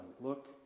Look